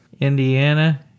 Indiana